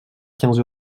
quinze